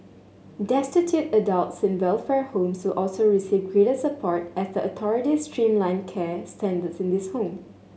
destitute adults in welfare homes who also receive greater support as the authorities streamline care standards in these home